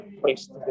place